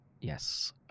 Yes